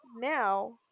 now